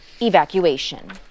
evacuation